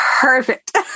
perfect